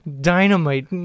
dynamite